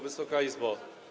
Wysoka Izbo!